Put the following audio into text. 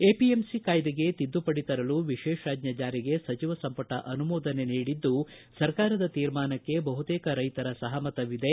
APMC ಕಾಯ್ದೆಗೆ ತಿದ್ದುಪಡಿ ತರಲು ವಿಶೇಷಾಜ್ದೆ ಜಾರಿಗೆ ಸಚಿವ ಸಂಪುಟ ಅನುಮೋದನೆ ನೀಡಿದ್ದು ಸರ್ಕಾರದ ತೀರ್ಮಾನಕ್ಕೆ ಬಹುತೇಕ ರೈತರ ಸಹಮತವಿದೆ